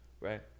right